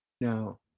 Now